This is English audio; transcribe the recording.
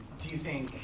do you think,